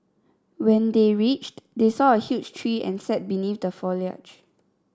when they reached they saw a huge tree and sat beneath the foliage